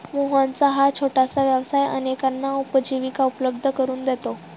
मोहनचा हा छोटासा व्यवसाय अनेकांना उपजीविका उपलब्ध करून देतो